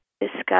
discuss